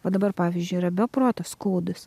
va dabar pavyzdžiui yra be proto skaudūs